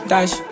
Dash